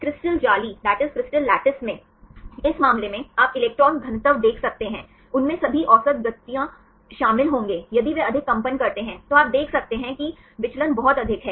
crystal जाली में इस मामले में आप इलेक्ट्रॉन घनत्व देख सकते हैं उनमें सभी औसत गतियों शामिल होंगे यदि वे अधिक कंपन करते हैं तो आप देख सकते हैं कि विचलन बहुत अधिक है